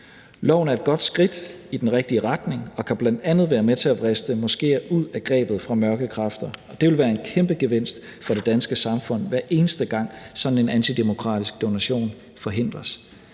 Loven er et godt skridt i den rigtige retning og kan bl.a. være med til at få vristet moskéer ud af grebet fra mørke kræfter. Det vil være en kæmpe gevinst for det danske samfund, hver eneste gang sådan en antidemokratisk donation forhindres.